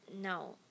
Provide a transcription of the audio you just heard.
no